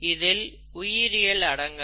இதில் உயிரியல் அடங்காது